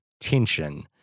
tension